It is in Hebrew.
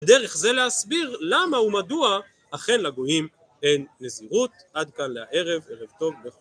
בדרך זה להסביר למה ומדוע אכן לגויים אין נזירות עד כאן להערב, ערב טוב